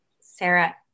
Sarah